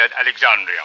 Alexandria